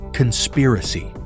conspiracy